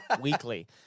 weekly